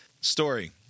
Story